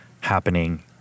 happening